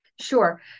Sure